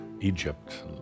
Egypt